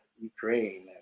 Ukraine